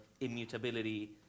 immutability